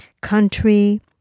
country